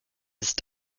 ist